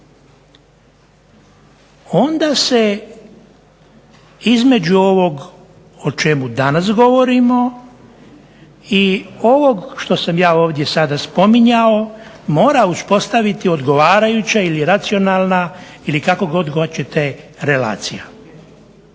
onda se između ovog o čemu danas govorimo i ovog što sam ja ovdje sada spominjao mora uspostaviti odgovarajuća ili racionalna ili kako god hoćete relacija,